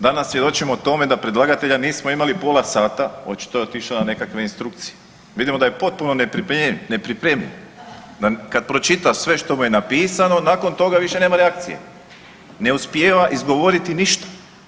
Danas svjedočimo tome da predlagatelja nismo imali pola sata, očito je otišao na nekakve instrukcije, vidimo da je potpuno nepripremljen, da kad pročita sve što mu je napisao nakon toga više nema reakcije, ne uspijeva izgovoriti ništa.